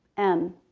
m.